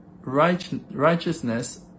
righteousness